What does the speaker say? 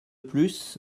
plus